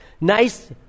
nice